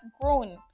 grown